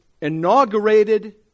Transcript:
inaugurated